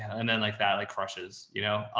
and then like that, like crushes, you know?